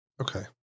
Okay